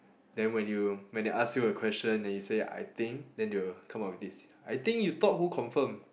then when you when they ask you a question and you say I think then they will come out with this I think you thought who confirm